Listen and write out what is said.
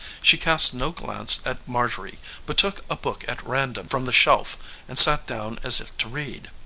she cast no glance at marjorie but took a book at random from the shelf and sat down as if to read.